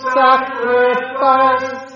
sacrifice